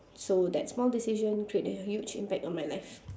so that small decision create a huge impact on my life